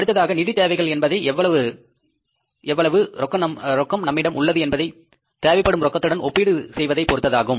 அடுத்ததாக நிதி தேவைகள் என்பதை எவ்வளவு ரொக்கம் நம்மிடம் உள்ளது என்பதை தேவைப்படும் ரொக்கத்துடன் ஒப்பீடு செய்வதை பொருத்ததாகும்